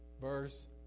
verse